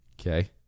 Okay